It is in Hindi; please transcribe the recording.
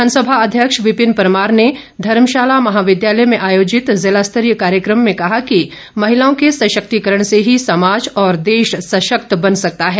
विधानसभा अध्यक्ष विपिन परमार ने धर्मशाला महाविद्यालय में आयोजित जिला स्तरीय कार्यक्रम में कहा कि महिलाओं के सशक्तिकरण से ही समाज और देश सशक्त बन सकता है